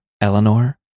Eleanor